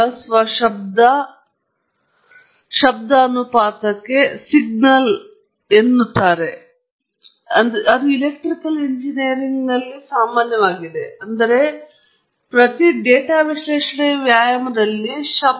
ಬೇರೆ ರೀತಿಯಲ್ಲಿ ಹೇಳುವುದಾದರೆ ಅಜ್ಞಾತಗಳನ್ನು ಅಂದಾಜು ಮಾಡಲು ನಾನು ಸಮೀಕರಣವನ್ನು ಬರೆಯುತ್ತಿದ್ದರೆ ಮೂರು ಅಜ್ಞಾತರು ಮ್ಯಾಟ್ರಿಕ್ಸ್ ರೂಪದಲ್ಲಿ ಈ ಮೂರು instants ನಲ್ಲಿ ವಿವಿಧ ಸಂದರ್ಭಗಳಲ್ಲಿ ಸಮಯ k 1 k 2 k 3 ರಲ್ಲಿ ನಾವು ಕೇವಲ ಸ್ಯಾಂಪಲ್ ಡಾಟಾವನ್ನು ಹೊಂದಿದ್ದೇವೆ ಎಂದು ನೆನಪಿನಲ್ಲಿಡಿ